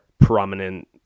prominent